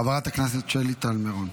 חברת הכנסת שלי טל מירון.